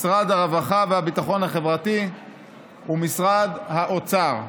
משרד הרווחה והביטחון החברתי ומשרד האוצר.